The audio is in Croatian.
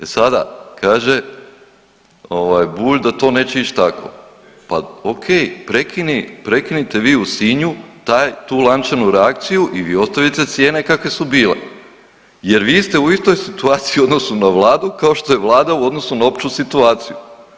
E sada, kaže ovaj Bulj da to neće ić tako, pa okej, prekini, prekinite vi u Sinju taj, tu lančanu reakciju i vi ostavite cijene kakve su bile jer vi ste u istoj situaciji u odnosu na vladu kao što je vlada u odnosu na opću situaciju.